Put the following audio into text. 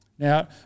Now